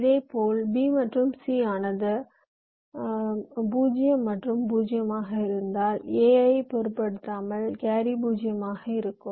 இதேபோல் b மற்றும் c ஆனது 0 மற்றும் 0 ஆக இருந்தால் a ஐ பொருட்படுத்தாமல் கேரி 0 ஆக இருக்கும்